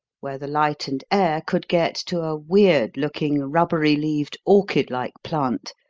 where the light and air could get to a weird-looking, rubbery-leaved, orchid-like plant,